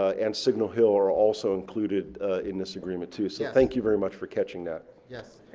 and signal hill, are also included in this agreement too so thank you very much for catching that. yes.